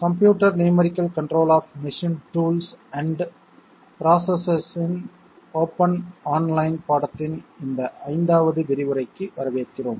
computer numerical control of machine tools and processes in open online பாடத்தின் இந்த 5வது விரிவுரைக்கு வரவேற்கிறோம்